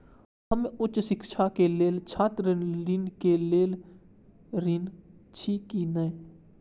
हम उच्च शिक्षा के लेल छात्र ऋण के लेल ऋण छी की ने?